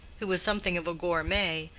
who was something of a gourmet,